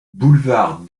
boulevard